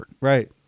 Right